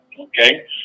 Okay